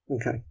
Okay